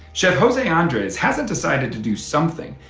chef jose andres hasn't decided to do something.